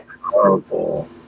horrible